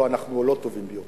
לא, אנחנו לא הטובים ביותר.